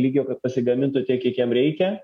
lygio kad pasigamintų tiek kiek jiem reikia